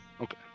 Okay